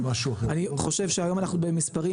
אני חושב שהיום אנחנו במספרים,